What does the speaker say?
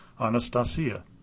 Anastasia